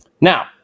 Now